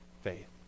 faith